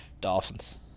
Dolphins